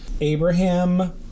Abraham